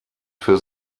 für